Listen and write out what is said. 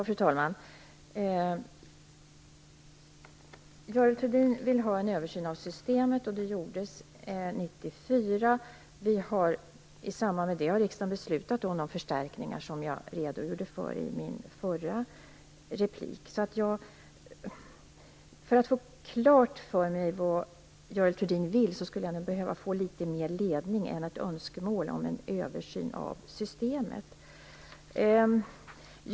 Fru talman! Görel Thurdin vill ha en översyn av systemet. En sådan gjordes 1994. I samband med det har riksdagen beslutat om de förstärkningar som jag redogjorde för i mitt förra inlägg. För att jag skall kunna få klart för mig vad Görel Thurdin vill skulle jag nog behöva få litet mera ledning. Det räcker inte med ett önskemål om en översyn av systemet.